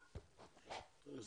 עם ישראל,